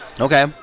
Okay